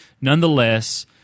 nonetheless